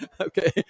Okay